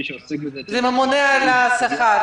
מי שעוסק בזה --- זה הממונה על השכר,